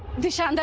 disha, and